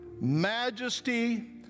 majesty